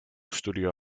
studio